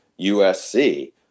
USC